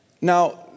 Now